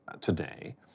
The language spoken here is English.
today